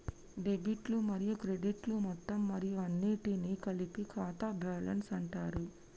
డెబిట్లు మరియు క్రెడిట్లు మొత్తం మరియు అన్నింటినీ కలిపి ఖాతా బ్యాలెన్స్ అంటరు